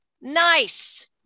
nice